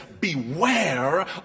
beware